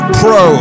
pro